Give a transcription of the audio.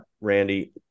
Randy